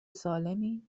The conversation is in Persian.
سالمی